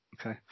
okay